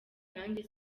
nanjye